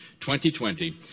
2020